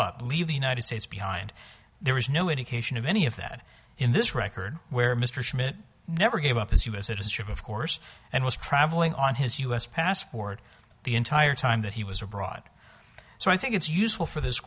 up leave the united states behind there was no indication of any of that in this record where mr schmidt never gave up his u s citizenship of course and was traveling on his u s passport the entire time that he was abroad so i think it's useful for this